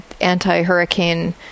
anti-hurricane